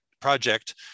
project